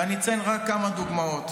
ואני אציין רק כמה דוגמאות: